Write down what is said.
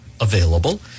available